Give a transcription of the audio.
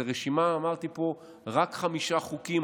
זאת רשימה, אמרתי פה רק חמישה חוקים.